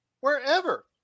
wherever